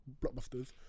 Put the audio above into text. blockbusters